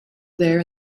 there